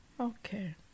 Okay